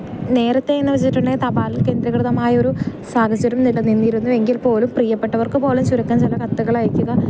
നേരത്തെയെന്നു വെച്ചിട്ടുണ്ടെങ്കിൽ തപാൽ കേന്ദ്രീകൃതമായൊരു സാഹചര്യം നിലനിന്നിരുന്നു എങ്കിൽപ്പോലും പ്രിയപ്പെട്ടവർക്ക് പോലും ചുരക്കം ചില കത്തുകളയക്കുക